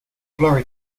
blurry